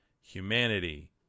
Humanity